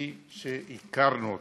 כפי שהכרנו אותו,